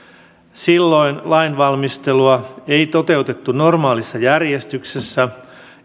silloin lainvalmistelua ei toteutettu normaalissa järjestyksessä